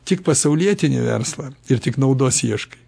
tik pasaulietinį verslą ir tik naudos ieškai